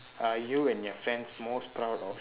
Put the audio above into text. are you and your friends most proud of